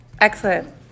Excellent